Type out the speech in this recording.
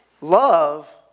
Love